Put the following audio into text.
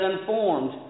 unformed